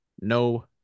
no